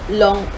long